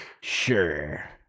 Sure